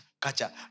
kacha